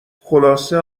خلاصه